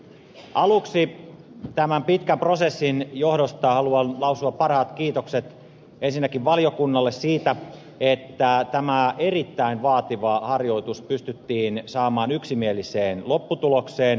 aluksi tämän pitkän prosessin johdosta haluan lausua parhaat kiitokset ensinnäkin valiokunnalle siitä että tämä erittäin vaativa harjoitus pystyttiin saamaan yksimieliseen lopputulokseen